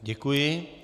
Děkuji.